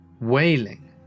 wailing